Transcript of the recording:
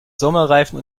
sommerreifen